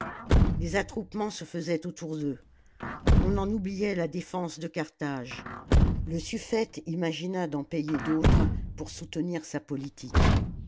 des attroupements se faisaient autour d'eux on en oubliait la défense de carthage le suftète imagina d'en payer d'autres pour soutenir sa politique